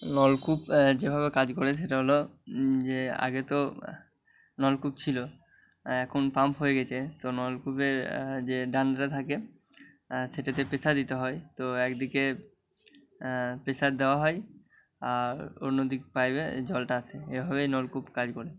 নলকূপ যেভাবে কাজ করে সেটা হল যে আগে তো নলকূপ ছিল এখন পাম্প হয়ে গেছে তো নলকূপের যে ডান্ডাটা থাকে সেটাতে প্রেসার দিতে হয় তো একদিকে প্রেসার দেওয়া হয় আর অন্যদিক পাইপে জলটা আসে এভাবেই নলকূপ কাজ করে